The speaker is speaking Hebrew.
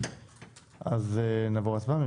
אז נעבור להצבעה.